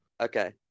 Okay